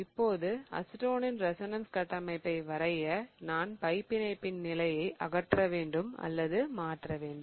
இப்போது அசிட்டோனின் ரெசோனன்ஸ் கட்டமைப்பை வரைய நான் பை பிணைப்பின் நிலையை அகற்ற வேண்டும் அல்லது மாற்ற வேண்டும்